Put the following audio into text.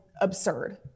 absurd